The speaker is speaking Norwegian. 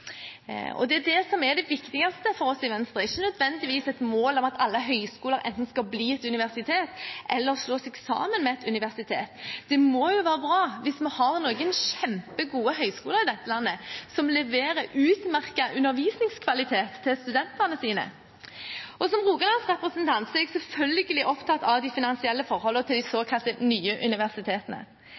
pengene. Det er dette som er det viktigste for oss i Venstre. Det er ikke nødvendigvis et mål at alle høyskoler enten skal bli et universitet eller slå seg sammen med et universitet. Det må være bra om vi har noen kjempegode høyskoler i dette landet som leverer utmerket undervisningskvalitet til studentene sine. Som Rogalandrepresentant er jeg selvfølgelig opptatt av de finansielle forholdene til de såkalte nye universitetene.